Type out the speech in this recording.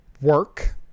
work